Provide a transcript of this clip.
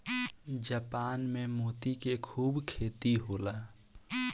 Japan में मोती के खूब खेती होला